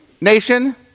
nation